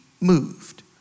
moved